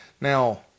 Now